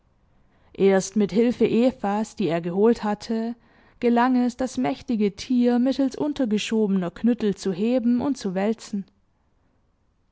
erst mit hilfe evas die er geholt hatte gelang es das mächtige tier mittels untergeschobener knüttel zu heben und zu wälzen